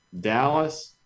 Dallas